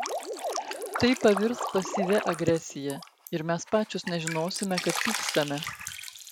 tai pavirs pasyvia agresija ir mes pačios nežinosime kad pykstame